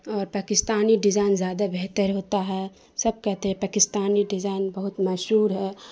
اور پاکستانی ڈیزائن زیادہ بہتر ہوتا ہے سب کہتے ہیں پاکستانی ڈیزائن بہت مشہور ہے